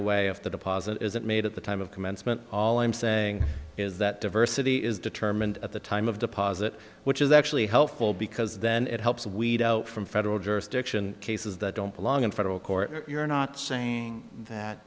away if the deposit isn't made at the time of commencement all i'm saying is that diversity is determined at the time of deposit which is actually helpful because then it helps weed out from federal jurisdiction cases that don't belong in federal court you're not saying that